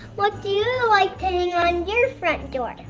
what do you like on your front door?